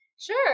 Sure